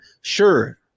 Sure